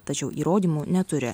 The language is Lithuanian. tačiau įrodymų neturi